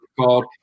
called